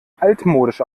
altmodisch